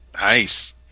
Nice